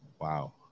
Wow